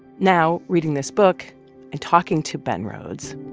now, reading this book and talking to ben rhodes,